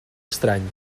estrany